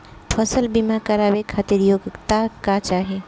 फसल बीमा करावे खातिर योग्यता का चाही?